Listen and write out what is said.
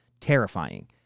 terrifying